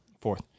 Fourth